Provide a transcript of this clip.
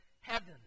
heaven